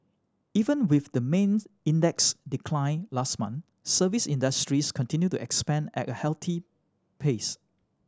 even with the mains index' decline last month service industries continued to expand at a hearty pace